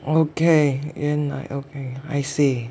okay and I okay I see